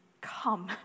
come